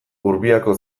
urbiako